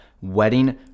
wedding